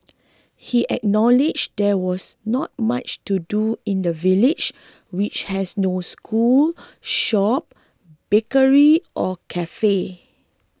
he acknowledged there was not much to do in the village which has no school shop bakery or cafe